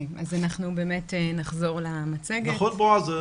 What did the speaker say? נכון בועז?